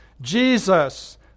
Jesus